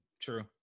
True